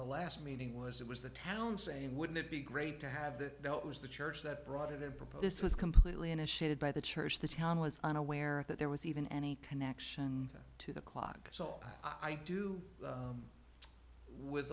the last meeting was it was the town saying wouldn't it be great to have that it was the church that brought it propose this was completely initiated by the church the town was unaware that there was even any connection to the clock so i do with